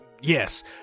yes